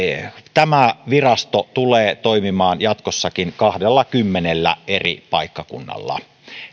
tämä virasto tulee toimimaan jatkossakin kahdellakymmenellä eri paikkakunnalla